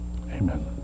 amen